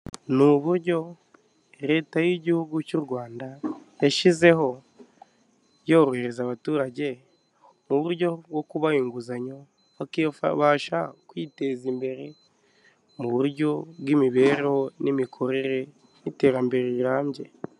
Ni uburyo leta y'igihugu cy'u rwanda yashyizeho yorohereza abaturage mu buryo bwo kubaha inguzanyo bakabasha kwiteza imbere mu buryo bw'imibereho n'imikorere n'iterambere rirambye.